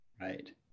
Right